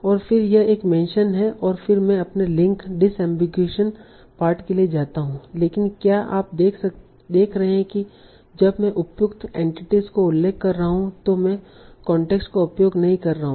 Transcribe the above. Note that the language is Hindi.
और फिर यह एक मेंशन है और फिर मैं अपने लिंक डिसएमबीगुइशन पार्ट के लिए जाता हूं लेकिन क्या आप देख रहे हैं कि जब मैं उपयुक्त एंटिटीस को उल्लेख कर रहा हूं तो मैं कांटेक्स्ट का उपयोग नहीं कर रहा हूं